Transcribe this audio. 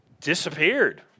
disappeared